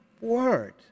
word